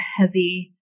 heavy